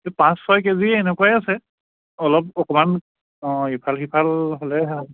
পাঁচ ছয় কেজি এনেকুৱাই আছে অলপ অকণমান অঁ ইফাল সিফাল হ'লে হয়